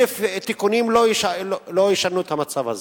אלף תיקונים לא ישנו את המצב הזה.